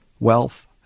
Wealth